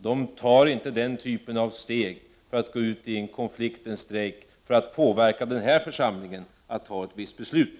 De tar inte den typen av steg för att gå ut i en konflikt för att påverka den här församlingen att fatta ett bestämt beslut.